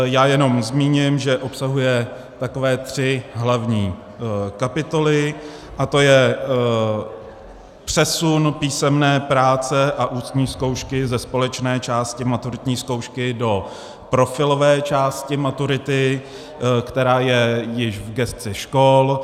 Já jenom zmíním, že obsahuje takové tři hlavní kapitoly, a to je přesun písemné práce a ústní zkoušky ze společné části maturitní zkoušky do profilové části maturity, která je již v gesci škol.